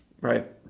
right